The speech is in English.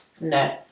No